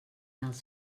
els